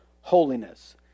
holiness